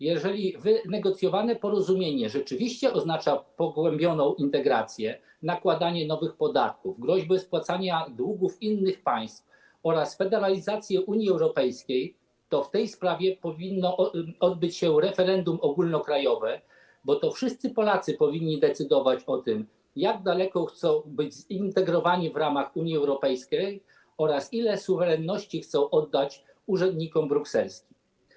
Jeżeli wynegocjowane porozumienie rzeczywiście oznacza pogłębioną integrację, nakładanie nowych podatków, groźbę spłacania długów innych państw oraz federalizację Unii Europejskiej, to w tej sprawie powinno odbyć się referendum ogólnokrajowe, bo wszyscy Polacy powinni decydować o tym, jak daleko chcą być zintegrowani w ramach Unii Europejskiej oraz ile suwerenności chcą oddać urzędnikom brukselskim.